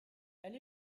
elle